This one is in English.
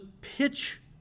pitch